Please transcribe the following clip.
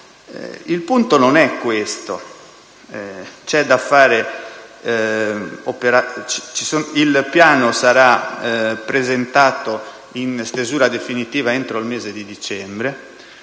centrale non è questo. Il piano sarà presentato in stesura definitiva entro il mese di dicembre.